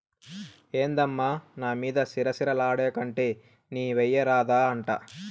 ఏందమ్మా నా మీద సిర సిర లాడేకంటే నీవెయ్యరాదా అంట